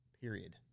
period